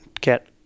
get